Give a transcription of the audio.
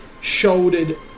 shouldered